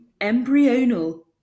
embryonal